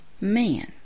man